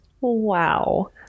Wow